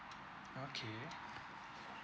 okay